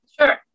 sure